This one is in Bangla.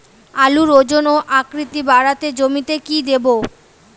আলুর ওজন ও আকৃতি বাড়াতে জমিতে কি দেবো?